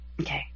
Okay